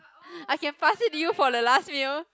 I can pass it to you for the last meal